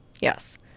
Yes